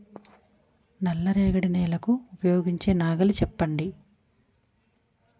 నల్ల రేగడి నెలకు ఉపయోగించే నాగలి చెప్పండి?